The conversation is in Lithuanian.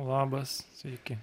labas sveiki